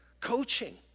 coaching